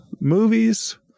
movies